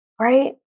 Right